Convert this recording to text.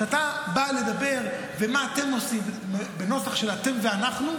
כשאתה בא לדבר על מה אתם עושים בנוסח של "אתם" ו"אנחנו"